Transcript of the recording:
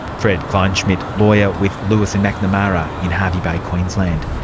fred kleinschmidt, lawyer with lewis and mcnamara in harvey bay, queensland.